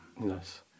Nice